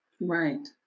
Right